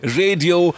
radio